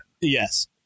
Yes